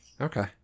Okay